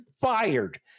fired